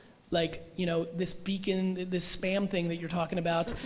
like you know this beacon, this spam thing that you're talking about,